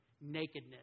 nakedness